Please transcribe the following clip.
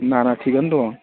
ना ना थिखआनो दं